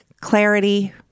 Clarity